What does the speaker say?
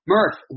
Murph